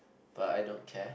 but I don't care